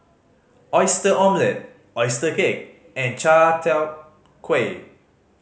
Oyster Omelette oyster cake and Chai Tow Kuay